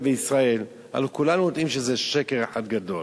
וישראל" הלוא כולנו יודעים שזה שקר אחד גדול.